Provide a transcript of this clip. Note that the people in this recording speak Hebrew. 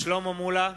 שלמה מולה,